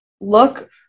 look